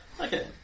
Okay